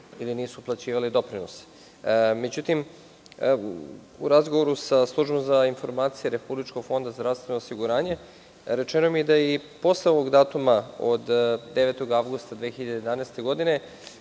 ili nisu uplaćivali doprinose.U razgovoru sa Službom za informacije Republičkog fonda za zdravstveno osiguranje rečeno mi je da i posle ovog datuma od 9. avgusta 2011. godine,